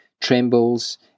trembles